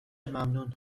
ممنون